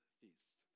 feast